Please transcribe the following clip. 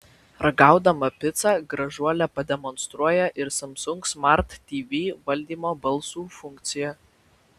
ragaudama picą gražuolė pademonstruoja ir samsung smart tv valdymo balsu funkciją